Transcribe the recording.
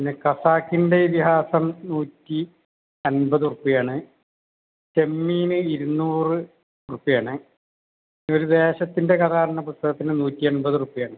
പിന്നെ ഖസാക്കിൻ്റെ ഇതിഹാസം നൂറ്റി അൻമ്പത് ഉർപ്പ്യ ആണ് ചെമ്മീന് ഇരുന്നൂറ് ഉർപ്പ്യ ആണ് ഒരു ദേശത്തിൻ്റെ കഥ പറഞ്ഞ പുസ്തകത്തിന് നൂറ്റി എൺപത് ഉർപ്പ്യ ആണ്